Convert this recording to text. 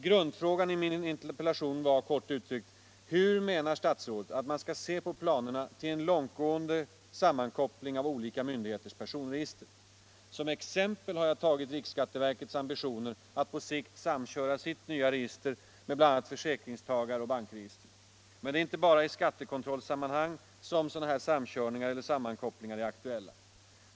Grundfrågan i min interpellation var kort uttryckt: Hur menar statsrådet att man skall se på planerna till en långtgående sammankoppling av olika myndigheters personregister? Som exempel har jag tagit riksskatteverkets ambitioner att på sikt samköra sitt nya register med bl.a. försäkringstagaroch bankregister. Men det är inte bara i skattekontrollsammanhang som samkörningar är aktuella.